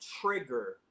trigger